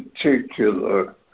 particular